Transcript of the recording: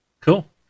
cool